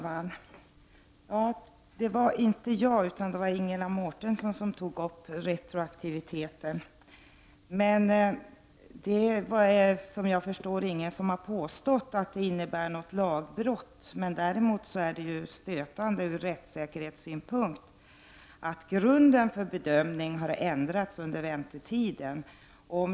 Fru talman! Det var inte jag utan Ingela Mårtensson som tog upp frågan om retroaktiviteten. Såvitt jag har förstått är det ingen som har påstått att den utgör ett lagbrott, men däremot är det stötande ur rättssäkerhetssynpunkt att grunden för bedömningen har ändrats under väntetiden.